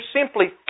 simply